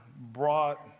brought